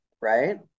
right